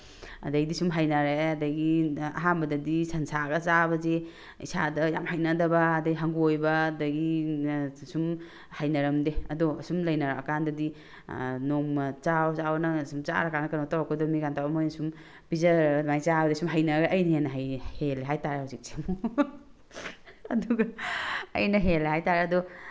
ꯑꯗꯒꯤꯗꯤ ꯁꯨꯝ ꯍꯩꯅꯔꯛꯑꯦ ꯑꯗꯒꯤ ꯑꯍꯥꯟꯕꯗꯗꯤ ꯁꯟꯁꯥꯒ ꯆꯥꯕꯁꯤ ꯏꯁꯥꯗ ꯌꯥꯝꯅ ꯍꯩꯅꯗꯕ ꯑꯗꯒꯤ ꯍꯪꯒꯣꯏꯕ ꯑꯗꯒꯤ ꯁꯨꯝ ꯍꯩꯅꯔꯝꯗꯦ ꯑꯗꯣ ꯁꯨꯝ ꯂꯩꯅꯔꯛꯑꯀꯥꯟꯗꯗꯤ ꯅꯣꯡꯃ ꯆꯥꯎ ꯆꯥꯎ ꯅꯪꯅ ꯁꯨꯝ ꯆꯥꯔꯀꯥꯟꯗ ꯀꯩꯅꯣ ꯇꯧꯔꯛꯀꯗꯕꯅꯤ ꯀꯥꯏꯅ ꯃꯣꯏꯅ ꯁꯨꯝ ꯄꯤꯖꯔꯒ ꯑꯗꯨꯃꯥꯏꯅ ꯆꯥꯕꯗꯒꯤ ꯁꯨꯝ ꯍꯩꯅꯈ꯭ꯔꯦ ꯑꯩꯅ ꯍꯦꯟꯅ ꯍꯦꯜꯂꯦ ꯍꯥꯏ ꯇꯥꯔꯦ ꯍꯧꯖꯤꯛꯁꯦ ꯑꯗꯨꯒ ꯑꯩꯅ ꯍꯦꯜꯂꯦ ꯍꯥꯏ ꯇꯥꯔꯦ ꯑꯗꯨ